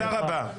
תודה רבה.